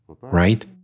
right